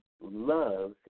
love